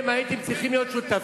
אני גאה להיות חבר